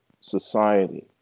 society